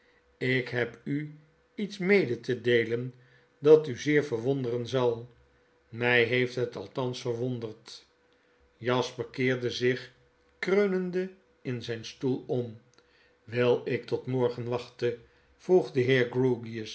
ik heb u iets mede te deelen dat u zeer verwonderen zal mg heeft het althans verwonderd jasper keerde zich kreunende in zgn stoel om wil ik tot morgen wachten vroeg de